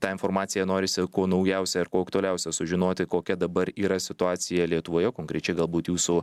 ta informacija norisi kuo naujausią ir kuo aktualiausią sužinoti kokia dabar yra situacija lietuvoje konkrečiai galbūt jūsų